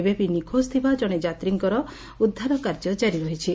ଏବେ ବି ନିଖୋକ ଥିବା କଣେ ଯାତ୍ରୀଙ୍କର ଉଦ୍ଧାର କାର୍ଯ୍ୟ ଜାରି ରହିଛି